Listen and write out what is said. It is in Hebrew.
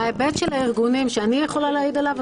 בהיבט של הארגונים שאני יכולה להעיד עליו,